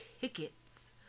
tickets